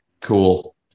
Cool